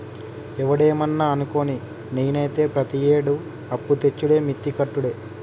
ఒవడేమన్నా అనుకోని, నేనైతే ప్రతియేడూ అప్పుతెచ్చుడే మిత్తి కట్టుడే